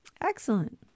Excellent